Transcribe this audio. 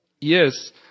Yes